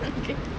okay